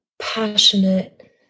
passionate